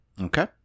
Okay